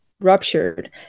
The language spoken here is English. ruptured